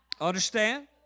understand